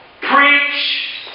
preach